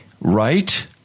right